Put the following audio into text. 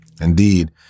Indeed